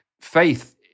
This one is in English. Faith